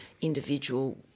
individual